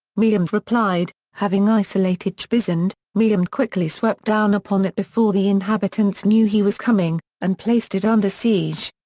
mehmed replied having isolated trebizond, mehmed quickly swept down upon it before the inhabitants knew he was coming and placed it under siege.